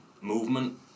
movement